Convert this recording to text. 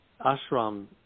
ashram